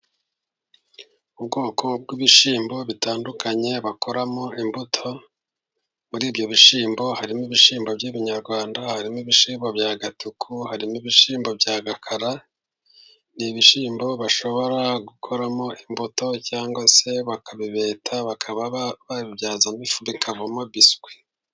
Ubwoko bw'ibishyimbo bitandukanye bakoramo imbuto muri ibyo bishyimbo harimo ibishyimbo by'ibinyarwanda, harimo ibishibo bya gatuku, hari n'ibishimbo bya gakara, n'ibishyimbo bashobora gukoramo imbuto, cyangwa se bakabibeta bakaba babibyazamo ifu bikavamo biswi.